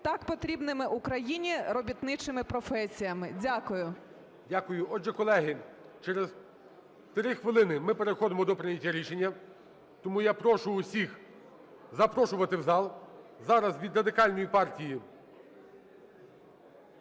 так потрібними Україні, робітничими професіями. Дякую. ГОЛОВУЮЧИЙ. Дякую. Отже, колеги, через три хвилини ми переходимо до прийняття рішення, тому я прошу усіх запрошувати в зал. Зараз від Радикальної партії